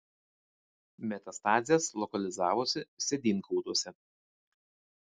metastazės lokalizavosi sėdynkauliuose